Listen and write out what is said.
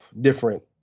different